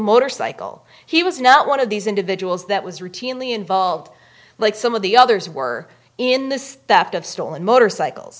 motorcycle he was not one of these individuals that was routinely involved like some of the others were in this theft of stolen motorcycles